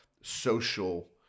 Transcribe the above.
social